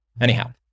Anyhow